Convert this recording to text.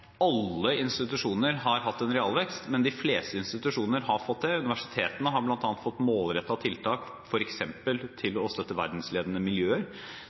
alle institusjoner har hatt en realvekst, men de fleste institusjoner har hatt det. Universitetene har bl.a. fått målrettede tiltak, f.eks. til å støtte verdensledende miljøer.